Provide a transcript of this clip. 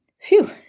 Phew